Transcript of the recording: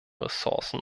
ressourcen